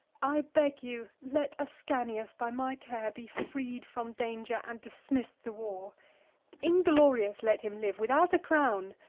i beg you, let ascanius, by my care, be freed from danger, and dismiss'd the war inglorious let him live, without a crown.